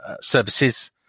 services